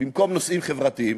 במקום נושאים חברתיים,